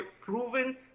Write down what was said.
proven